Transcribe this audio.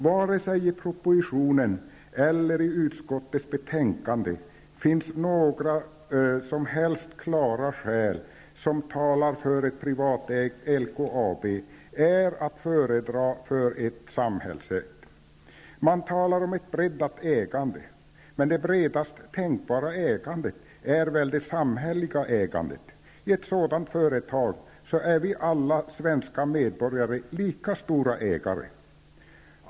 Varken i propositionen eller i utskottets betänkande finns några som helst klara skäl som talar för att ett privatägt LKAB är att föredra före ett samhällsägt. Man talar om ett breddat ägande. Det bredast tänkbara ägandet är väl det samhälleliga ägandet. I ett sådant företag är vi alla svenska medborgare lika stora ägare.